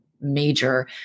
major